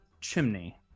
chimney